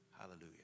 Hallelujah